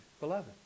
beloved